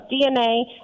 DNA